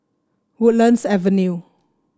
Woodlands Avenue